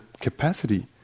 capacity